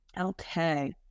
Okay